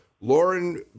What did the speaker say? Lauren